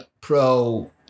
pro